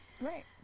Right